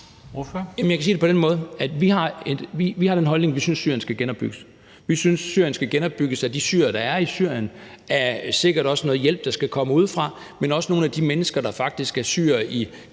jeg kan sige det på den måde, at vi har den holdning, at vi synes, at Syrien skal genopbygges. Vi synes, at Syrien skal genopbygges af de syrere, der er i Syrien, og sikkert også af noget hjælp, der skal komme udefra, men faktisk også af nogle af de mennesker, der – kan man sige – er syrere